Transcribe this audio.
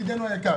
ידידנו היקר,